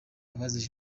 abazize